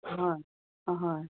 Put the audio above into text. হয় হয়